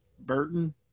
burton